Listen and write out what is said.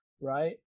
right